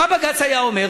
מה בג"ץ היה אומר?